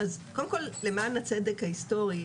קודם כל למען הצדק ההסטורי,